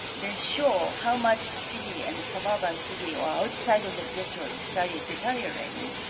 then show how much the city and the suburban city were outside of the detroit started deteriorating.